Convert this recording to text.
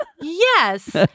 Yes